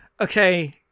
okay